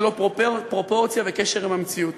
ללא פרופורציה וקשר עם המציאות.